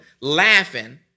laughing